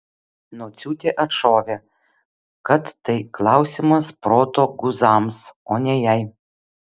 nociūtė atšovė kad tai klausimas proto guzams o ne jai